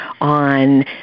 on